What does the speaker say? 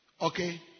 Okay